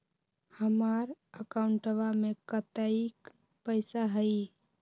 हमार अकाउंटवा में कतेइक पैसा हई?